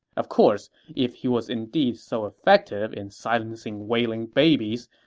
of course, if he was indeed so effective in silencing wailing babies,